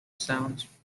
sounds